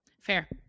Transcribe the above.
Fair